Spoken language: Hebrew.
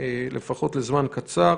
לפחות לזמן קצר.